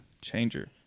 changer